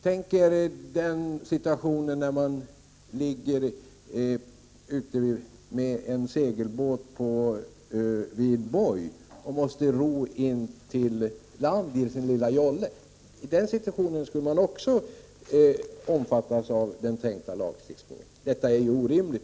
Eller tänk er att någon har sin segelbåt förtöjd vid boj och måste ro in till land i sin lilla jolle. Även då skulle den tänkta lagstiftningen gälla, och det vore naturligtvis orimligt.